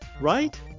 right